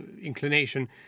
inclination